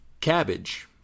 Cabbage